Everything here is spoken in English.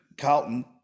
Carlton